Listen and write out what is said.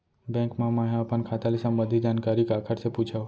Bank मा मैं ह अपन खाता ले संबंधित जानकारी काखर से पूछव?